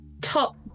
top